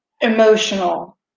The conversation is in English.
emotional